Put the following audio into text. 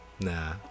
Nah